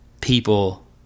people